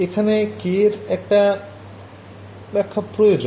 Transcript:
এখানে k এর একটা ব্যখ্যা প্রয়োজন